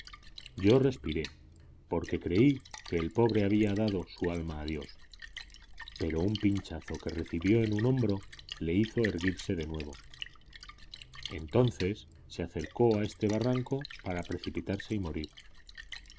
yo respiré porque creí que el pobre había dado su alma a dios pero un pinchazo que recibió en un hombro le hizo erguirse de nuevo entonces se acercó a este barranco para precipitarse y morir